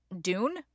Dune